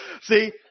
See